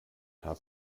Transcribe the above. herr